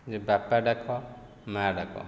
ଯେ ବାପା ଡାକ ମା ଡାକ